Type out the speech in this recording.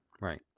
Right